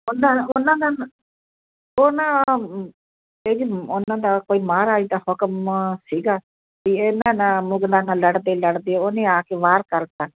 ਉਹਨਾ ਨਾਲ ਉਹਨਾਂ ਨਾਲ ਉਹਨਾਂ 'ਤੇ ਜੀ ਉਹਨਾਂ ਦਾ ਕੋਈ ਮਹਾਰਾਜ ਦਾ ਹੁਕਮ ਸੀਗਾ ਵੀ ਇਹਨਾਂ ਨਾਲ ਮੁਗਲਾਂ ਨਾਲ ਲੜਦੇ ਲੜਦੇ ਉਹਨੇ ਆ ਕੇ ਵਾਰ ਕਰ ਦਿੱਤਾ